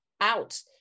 out